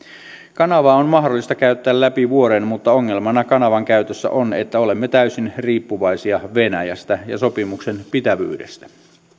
kanavaa on mahdollista käyttää läpi vuoden mutta ongelmana kanavan käytössä on että olemme täysin riippuvaisia venäjästä ja sopimuksen pitävyydestä